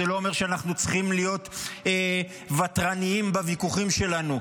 זה לא אומר שאנחנו צריכים להיות ותרנים בוויכוחים שלנו.